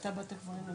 אני